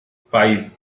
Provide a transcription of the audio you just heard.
five